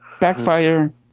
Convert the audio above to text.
Backfire